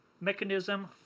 mechanism